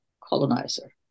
colonizer